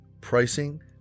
pricing